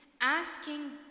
asking